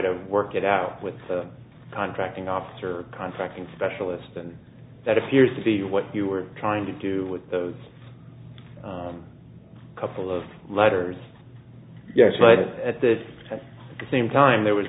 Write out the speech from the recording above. to work it out with the contracting officer contracting specialist and that appears to be what you were trying to do with those couple of letters yes but at the same time there was